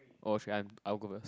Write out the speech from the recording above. oh should I'm I'll go first